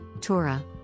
Torah